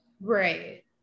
right